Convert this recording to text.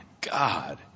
God